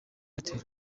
airtel